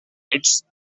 its